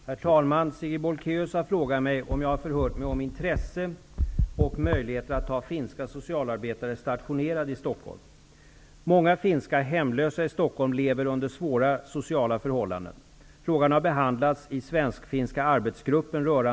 Herr talman! Sigrid Bolkéus har frågat mig om jag har förhört mig om intresse och möjligheter att ha finska socialarbetare stationerade i Stockholm. Många finska hemlösa i Stockholm lever under svåra sociala förhållanden. Frågan har behandlats i gruppen.